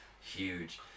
Huge